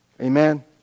Amen